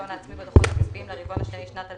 ההון העצמי בדוחות הכספיים לרבעון השני לשנת 2020,